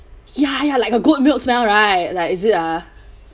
ya ya like a goat milk smell right like is it ah